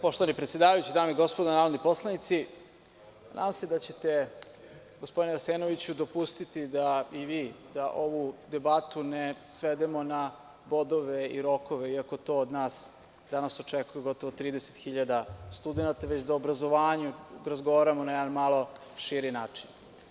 Poštovani predsedavajući, dame i gospodo narodni poslanici, nadam se da ćete, gospodine Arsenoviću, dopustiti i vi da ovu debatu ne svedemo na bodove i rokove, iako to od nas danas očekuje gotovo 30.000 studenata, već da o obrazovanju razgovaramo na jedan malo širi način.